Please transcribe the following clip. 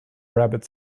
rabbit